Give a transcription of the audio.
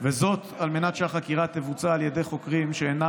על מנת שהחקירה תבוצע על ידי חוקרים שאינם